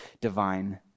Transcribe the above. divine